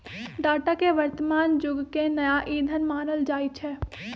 data के वर्तमान जुग के नया ईंधन मानल जाई छै